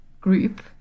group